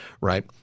right